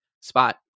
spot